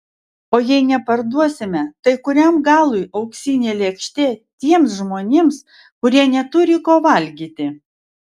o jei neparduosime tai kuriam galui auksinė lėkštė tiems žmonėms kurie neturi ko valgyti